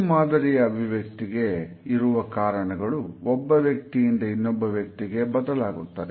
ಈ ಮಾದರಿಯ ಅಭಿವ್ಯಕ್ತಿಗೆ ಇರುವ ಕಾರಣಗಳು ಒಬ್ಬ ವ್ಯಕ್ತಿಯಿಂದ ಇನ್ನೊಬ್ಬ ವ್ಯಕ್ತಿಗೆ ಬದಲಾಗುತ್ತದೆ